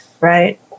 right